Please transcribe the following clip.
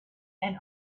and